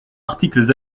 articles